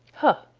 huh!